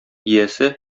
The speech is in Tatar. иясе